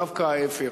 דווקא להיפך.